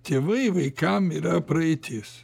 tėvai vaikam yra praeitis